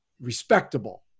respectable